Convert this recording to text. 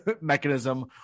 mechanism